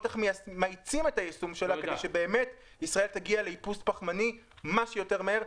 איך מאיצים את היישום כך שבאמת ישראל תגיע לאיפוס פחמני כמה שיותר מהר.